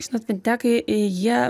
žinot fintekai jie